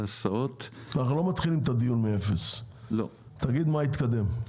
אנחנו לא מתחילים את הדיון מאפס, תגיד מה התקדם.